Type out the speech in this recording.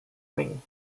wing